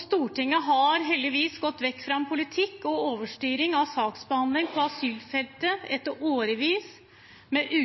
Stortinget har heldigvis gått vekk fra en politikk med overstyring av saksbehandlingen på asylfeltet etter årevis med